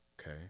Okay